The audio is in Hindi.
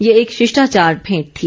ये एक शिष्टाचार भेंट थी